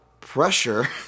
pressure